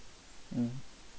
mm